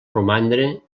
romandre